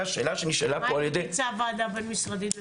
מה המליצה הוועדה הבין-משרדית?